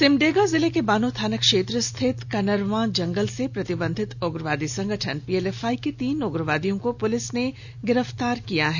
सिमडेगा जिले बानो थाना क्षेत्र रिथित कनरवा जंगल से प्रतिबंधित उग्रवादी संगठन पीएलएफआई के तीन उग्रवादियों को पुलिस ने गिरफ्तार किया है